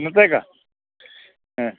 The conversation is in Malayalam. ഇന്നത്തേക്കാ ഏ